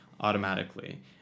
automatically